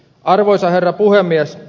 arvoisa herra puhemies